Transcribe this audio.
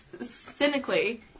cynically